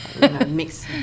mix